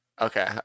Okay